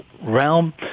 realm